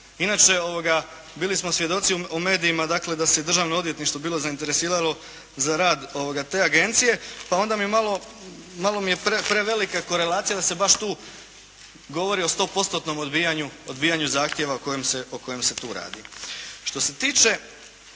Inače, bilo smo svjedoci u medijima dakle da se i državno odvjetništvo bilo zainteresiralo za rad te agencije, pa onda mi je malo prevelika korelacija da se baš tu govorio o 100 postotnom odbijanju zahtjeva o kojem se tu radi. Što se tiče